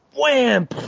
Wham